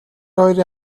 хоёрын